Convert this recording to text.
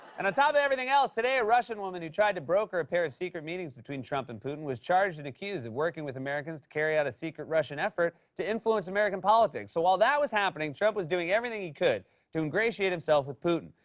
and on top of everything else, today a russian woman who tried to broker a pair of secret meetings between trump and putin was charged and accused of working with americans to carry out a secret russian effort to influence american politics. so while that was happening, trump was doing everything he could to ingratiate himself with putin.